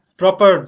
proper